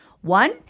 One